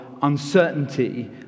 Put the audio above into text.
uncertainty